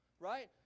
Right